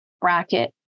bracket